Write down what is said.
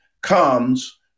comes